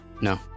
No